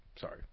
Sorry